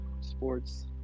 sports